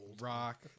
rock